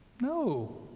No